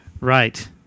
Right